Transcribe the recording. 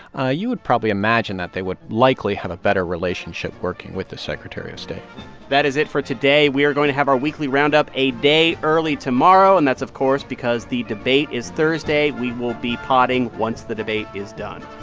ah you would probably imagine that they would likely have a better relationship working with the secretary of state that is it for today. we are going to have our weekly roundup a day early, tomorrow, and that's, of course, because the debate is thursday. we will be podding once the debate is done.